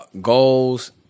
goals